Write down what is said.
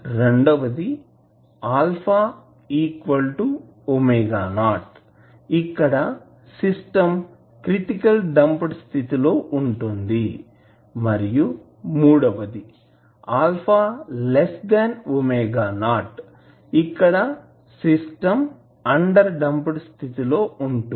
రెండవది α ⍵0 ఇక్కడ system critically damped స్థితి లో ఉంటుంది మరియు మూడవది α ⍵0 ఇక్కడ సిస్టం ఆండర్ డేమ్ప్డ్ స్థితిలో ఉంటుంది